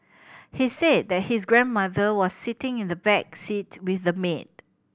he said that his grandmother was sitting in the back seat with the maid